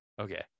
Okay